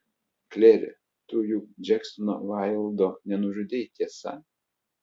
klere tu juk džeksono vaildo nenužudei tiesa